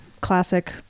classic